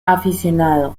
aficionado